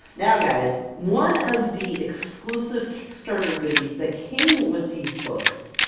now guys, one of the exclusive kickstarter goodies that came with these books,